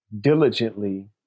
diligently